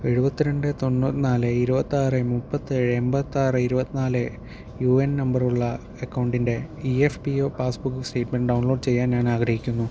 എഴുപത്തിരണ്ട് തൊണ്ണൂറ്റിനാല് ഇരുപത്താറ് മുപ്പത്തേഴ് എൺപത്താറ് ഇരുപത്തിനാല് യു എൻ നമ്പറുള്ള അക്കൗണ്ടിൻ്റെ E F P O passbook statement download ചെയ്യാൻ ഞാൻ ആഗ്രഹിക്കുന്നു